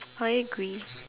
are you grey